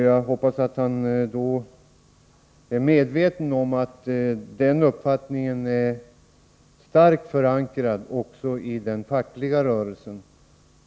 Jag hoppas att han är medveten om att den uppfattningen är starkt förankrad också i den fackliga rörelsen.